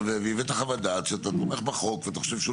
הבאת חוות דעת ואתה אומר שאתה תומך בחוק ואתה חושב שהוא